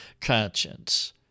conscience